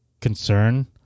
concern